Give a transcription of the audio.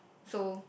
so